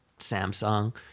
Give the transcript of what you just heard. Samsung